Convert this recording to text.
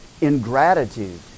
ingratitude